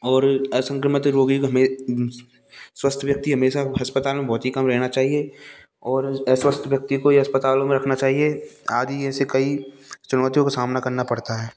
और असंक्रमित रोगी में स्वस्थ व्यक्ति हमेशा अस्पताल में बहुत ही कम रहना चाहिए और अस्वस्थ व्यक्ति को यह अस्पतालों में रखना चाहिए आदि ऐसे कई चुनौतियों का सामना करना पड़ता है